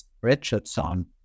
richardson